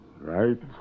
Right